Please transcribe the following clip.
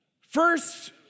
first